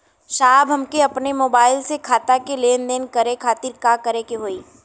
साहब हमके अपने मोबाइल से खाता के लेनदेन करे खातिर का करे के होई?